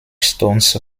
stones